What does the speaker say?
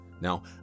Now